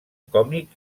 còmic